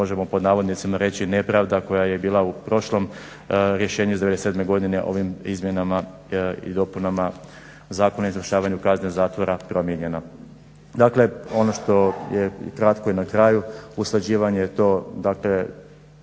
možemo pod navodnicima reći nepravda koja je bila u prošlom rješenju iz '97. godine ovim izmjenama i dopunama Zakona o izvršavanju kazne zatvora promijenjeno. Dakle, ono što je kratko i na kraju, usklađivanje je to, dakle